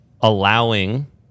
allowing